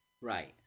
Right